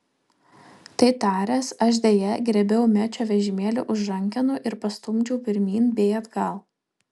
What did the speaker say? tai taręs aš deja griebiau mečio vežimėlį už rankenų ir pastumdžiau pirmyn bei atgal